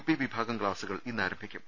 P വിഭാഗം ക്ലാസ്സുകൾ ഇന്ന് ആരംഭി ക്കും